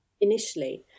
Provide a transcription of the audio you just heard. initially